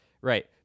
Right